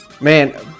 Man